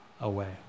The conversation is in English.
away